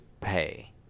pay